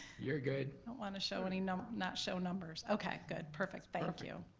you're good. i don't want to show any, not not show numbers, okay, good. perfect, thank you.